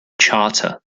charter